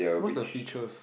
what's the features